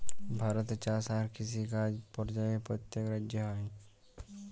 ভারতে চাষ আর কিষিকাজ পর্যায়ে প্যত্তেক রাজ্যে হ্যয়